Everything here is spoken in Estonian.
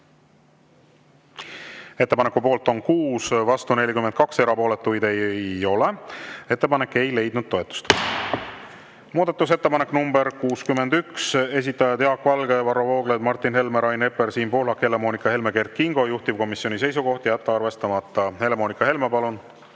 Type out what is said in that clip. Ettepaneku poolt on 6, vastu 42, erapooletuid ei ole. Ettepanek ei leidnud toetust. Muudatusettepanek nr 61, esitajad Jaak Valge, Varro Vooglaid, Martin Helme, Rain Epler, Siim Pohlak, Helle-Moonika Helme ja Kert Kingo, juhtivkomisjoni seisukoht on jätta arvestamata. Helle-Moonika Helme, palun!